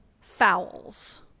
fowls